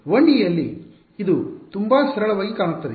1ಡಿ ಯಲ್ಲಿ ಇದು ತುಂಬಾ ಸರಳವಾಗಿ ಕಾಣುತ್ತದೆ